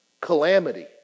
calamity